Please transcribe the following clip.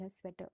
sweater